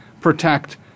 protect